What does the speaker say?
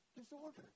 disorder